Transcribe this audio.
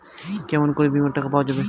কেমন করি বীমার টাকা পাওয়া যাবে?